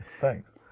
Thanks